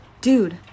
Dude